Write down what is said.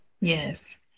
yes